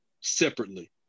separately